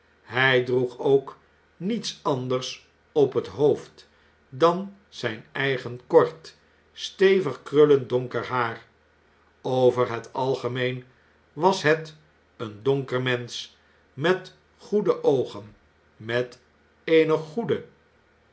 hjj droeg ook niets anders op het hoofd dan zjjn eigen kort stevig krullend donker haar over het algemeen was het een donker mensch met goede oogen met eene goede